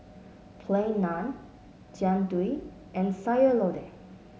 Plain Naan Jian Dui and Sayur Lodeh